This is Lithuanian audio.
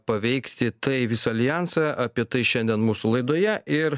paveikti tai visą aljansą apie tai šiandien mūsų laidoje ir